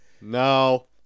No